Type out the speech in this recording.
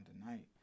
tonight